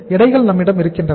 எடைகள் நம்மிடம் இருக்கின்றன